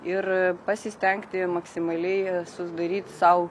ir pasistengti maksimaliai sudaryti sau